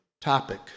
topic